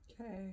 okay